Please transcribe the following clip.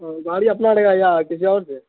گاڑی اپنا رہے گا یا کسی اور سے